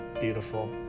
beautiful